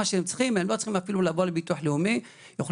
אבל אני רוצה להזכיר לבית הזה את חלקו של הביטוח הלאומי בתקופת